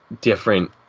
different